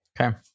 okay